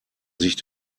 sich